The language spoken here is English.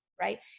right